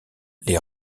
les